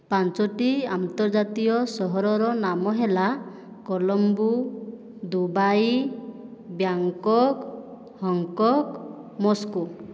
ପାଞ୍ଚୋଟି ଆନ୍ତର୍ଜାତୀୟ ସହରର ନାମ ହେଲା Colombo Dubai Bangkok Hong Kong Moscow